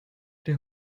der